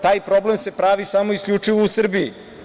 Taj problem se pravi samo i isključivo u Srbiji.